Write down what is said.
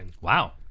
Wow